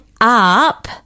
up